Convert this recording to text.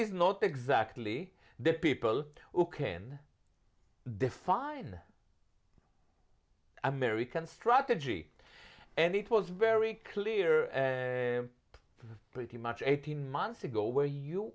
is not exactly the people who can define american strategy and it was very clear pretty much eighteen months ago where you